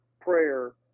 prayer